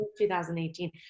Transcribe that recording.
2018